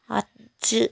അഞ്ച്